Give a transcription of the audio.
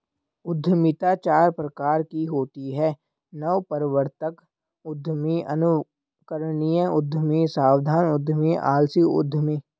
उद्यमिता चार प्रकार की होती है नवप्रवर्तक उद्यमी, अनुकरणीय उद्यमी, सावधान उद्यमी, आलसी उद्यमी